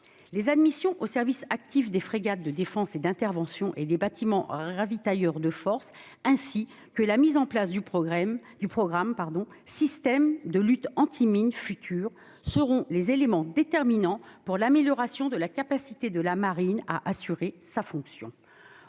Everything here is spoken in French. Les admissions au service actif des frégates de défense et d'intervention (FDI) et des bâtiments ravitailleurs de forces (BRF), ainsi que la mise en place du programme système de lutte anti-mines marines futur (Slamf) seront les éléments déterminants pour l'amélioration de la capacité de la marine à assurer sa fonction.